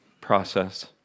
process